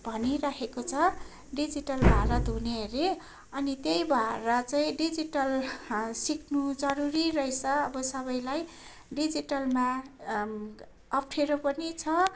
भनिरहेको छ डिजिटल भारत हुने अरे अनि त्यही भएर चाहिँ डिजिटल सिक्नु जरुरी रहेछ अब सबैलाई डिजिटलमा अप्ठेरो पनि छ